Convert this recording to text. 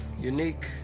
unique